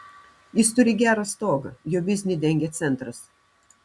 jis turi gerą stogą jo biznį dengia centras